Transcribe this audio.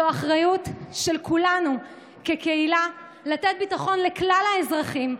זו אחריות של כולנו כקהילה לתת ביטחון לכלל האזרחים,